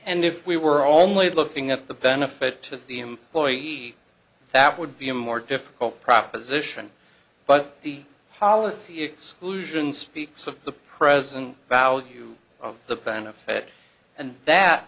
and if we were only looking at the benefit to the employee that would be a more difficult proposition but the policy exclusion speaks of the present value of the benefit and that